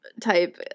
Type